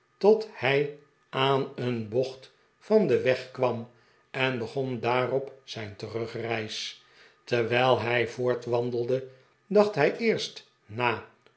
tot hij aan een bocht van den weg kwam en begon daarop zijn terugreis terwijl hij voortwandelde dacht hij eerst na